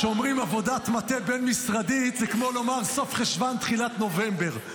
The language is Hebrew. כשאומרים "עבודת מטה בין-משרדית" זה כמו לומר סוף חשוון תחילת נובמבר.